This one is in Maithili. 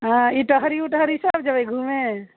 हँ इटहरी ओटहरी सभ जयबै घुमे